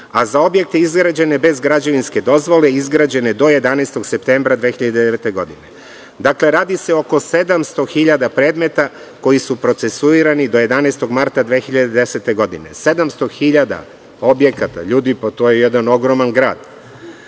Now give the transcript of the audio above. a za objekte izgrađene bez građevinske dozvole izgrađene do 11. septembra 2009. godine. Dakle, radi se o oko 700.000 predmeta koji su procesuirani do 11. marta 2010. godine. Sedamsto hiljada objekata! Ljudi, pa to je jedan ogroman grad.I